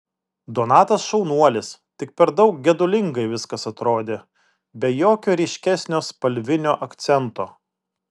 donatas šaunuolis tik per daug gedulingai viskas atrodė be jokio ryškesnio spalvinio akcento